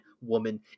woman